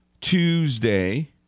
Tuesday